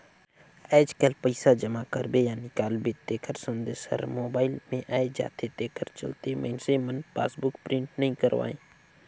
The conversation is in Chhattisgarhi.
आयज कायल पइसा जमा करबे या निकालबे तेखर संदेश हर मोबइल मे आये जाथे तेखर चलते मइनसे मन पासबुक प्रिंट नइ करवायें